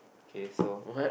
okay so